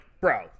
bro